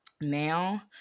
now